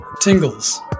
tingles